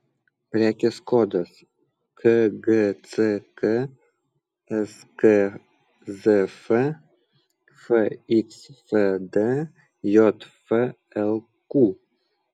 prekės kodas kgck skzf fxfd jflq